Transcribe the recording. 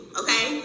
okay